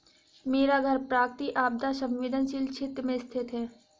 मेरा घर प्राकृतिक आपदा संवेदनशील क्षेत्र में स्थित है